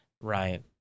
right